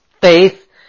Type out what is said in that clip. faith